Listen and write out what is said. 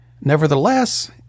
Nevertheless